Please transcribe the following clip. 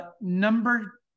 number